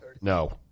No